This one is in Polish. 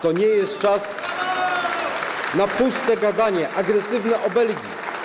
To nie jest czas na puste gadanie, agresywne obelgi.